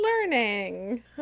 learning